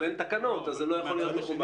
אבל אין תקנות אז זה לא יכול להיות מכובד.